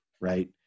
right